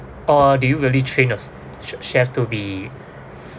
or do you really train your s~ che~ chef to be